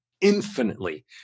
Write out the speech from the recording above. infinitely